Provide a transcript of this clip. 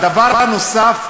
והדבר הנוסף,